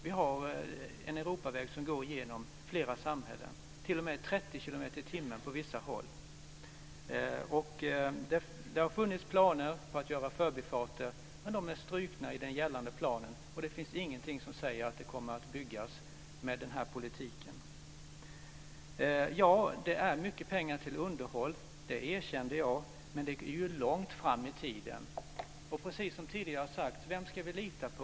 Vi har en Europaväg som går igenom flera samhällen, där det t.o.m. är 30 km per timme på vissa håll. Det har funnits planer på att göra förbifarter, men de är strukna i den gällande planen och det finns ingenting som säger att de kommer att byggas med den här politiken. Ja, det är mycket pengar till underhåll - det erkände jag - men det är ju långt fram i tiden. Precis som tidigare sagts: Vem ska vi lita på?